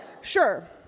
sure